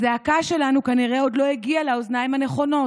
הזעקה שלנו כנראה עוד לא הגיעה לאוזניים הנכונות.